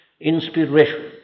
inspiration